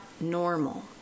normal